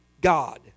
God